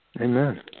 Amen